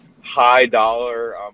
high-dollar